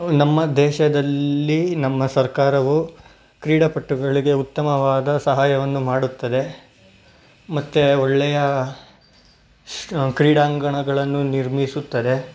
ನಮ್ಮ ದೇಶದಲ್ಲಿ ನಮ್ಮ ಸರ್ಕಾರವು ಕ್ರೀಡಾಪಟುಗಳಿಗೆ ಉತ್ತಮವಾದ ಸಹಾಯವನ್ನು ಮಾಡುತ್ತದೆ ಮತ್ತು ಒಳ್ಳೆಯ ಶ್ ಕ್ರೀಡಾಂಗಣಗಳನ್ನು ನಿರ್ಮಿಸುತ್ತದೆ